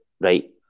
right